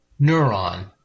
Neuron